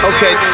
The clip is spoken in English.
Okay